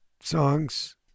songs